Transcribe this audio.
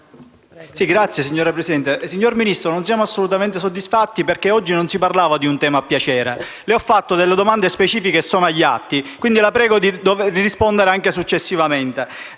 Signor Ministro, non siamo assolutamente soddisfatti, perché oggi non si parlava di un tema a piacere. Le ho posto delle domande specifiche, che sono agli atti, a cui la prego di rispondere, anche successivamente.